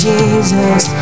Jesus